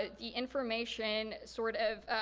ah the information sort of,